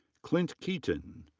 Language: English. clint keeton.